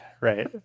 right